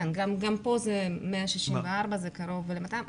כן, גם פה, 164 זה קרוב ל-200.